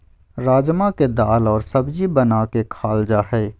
राजमा के दाल और सब्जी बना के खाल जा हइ